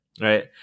right